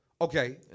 Okay